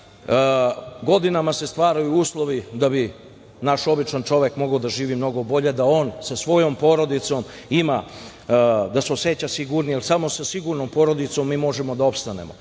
godinama se stvaraju uslovi da bi naš običan čovek mogao da živi mnogo bolje, da se sa svojom porodicom oseća sigurnije, jer samo sa sigurnom porodicom možemo da opstanemo.